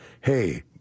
Hey